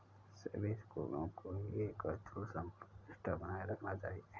सभी स्कूलों को एक अचल संपत्ति रजिस्टर बनाए रखना चाहिए